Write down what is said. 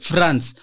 France